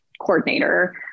coordinator